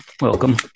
welcome